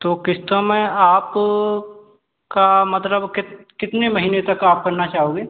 तो किस्तों में आपका मतलब कितने महीने तक आप करना चाहोगे